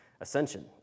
ascension